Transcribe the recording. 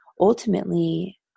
ultimately